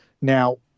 Now